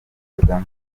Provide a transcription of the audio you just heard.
kagame